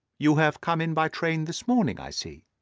you have come in by train this morning, i see.